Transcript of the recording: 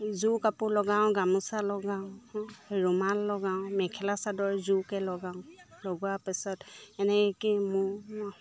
যোৰ কাপোৰ লগাওঁ গামোচা লগাওঁ ৰুমাল লগাওঁ মেখেলা চাদৰ যোৰকে লগাওঁ লগোৱাৰ পিছত এনেকে মোৰ